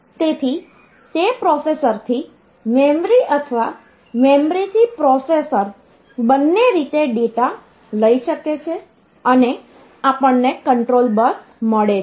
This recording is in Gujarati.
તેથી તે પ્રોસેસરથી મેમરી અથવા મેમરીથી પ્રોસેસર બંને રીતે ડેટા લઈ શકે છે અને આપણ ને કંટ્રોલ બસ મળે છે